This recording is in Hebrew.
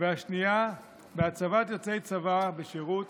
והשנייה, בהצבת יוצאי צבא בשירות